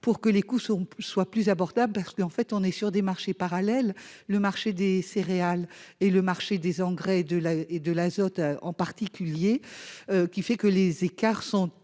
pour que les coûts seront soit plus abordables parce qu'en fait on est sur des marchés parallèles, le marché des céréales et le marché des engrais et de la et de l'azote en particulier qui fait que les écarts sont